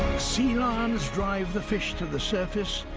sea lions drive the fish to the surface,